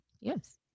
Yes